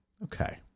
Okay